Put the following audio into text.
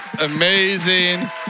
amazing